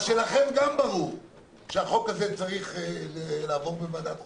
מה שגם לכם ברור - שהחוק הזה צריך לעבור בוועדת החוקה,